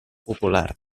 popular